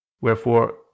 Wherefore